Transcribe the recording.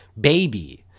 baby